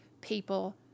people